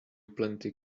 plenty